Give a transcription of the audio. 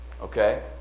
Okay